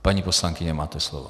Paní poslankyně, máte slovo.